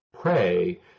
pray